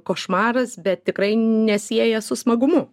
košmaras bet tikrai nesieja su smagumu